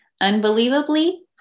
Unbelievably